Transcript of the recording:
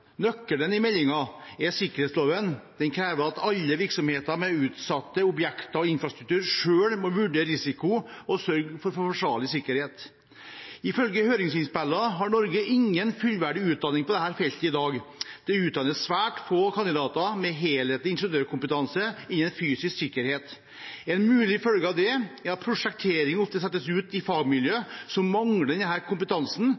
Nøkkelen i meldingen er sikkerhetsloven. Den krever at alle virksomheter med utsatte objekter og infrastruktur selv må vurdere risiko og sørge for forsvarlig sikkerhet. Ifølge høringsinnspillene har Norge ingen fullverdig utdanning på dette feltet i dag. Det utdannes svært få kandidater med helhetlig ingeniørkompetanse innen fysisk sikkerhet. En mulig følge av det er at prosjektering ofte settes ut til fagmiljø som mangler denne kompetansen.